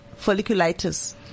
folliculitis